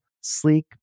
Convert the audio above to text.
sleek